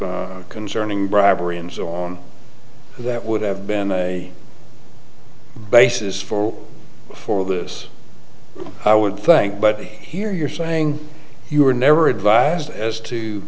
law concerning bribery and so on that would have been a basis for for this i would think but here you're saying you were never advised as to